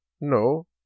no